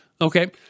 okay